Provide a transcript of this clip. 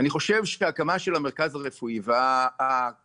אני חושב שהקמה של המרכז הרפואי וההקצאה